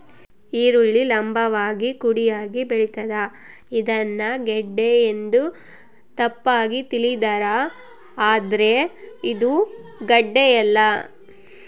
ಈರುಳ್ಳಿ ಲಂಭವಾಗಿ ಕುಡಿಯಾಗಿ ಬೆಳಿತಾದ ಇದನ್ನ ಗೆಡ್ಡೆ ಎಂದು ತಪ್ಪಾಗಿ ತಿಳಿದಾರ ಆದ್ರೆ ಇದು ಗಡ್ಡೆಯಲ್ಲ